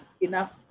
enough